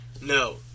No